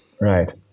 Right